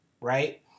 right